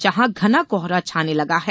जहां घना कोहरा छाने लगा है